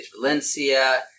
Valencia